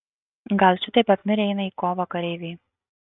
gal šitaip apmirę eina į kovą kareiviai